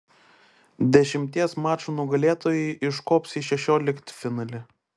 dešimties mačų nugalėtojai iškops į šešioliktfinalį